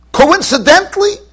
coincidentally